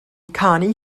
canu